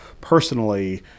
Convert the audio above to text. personally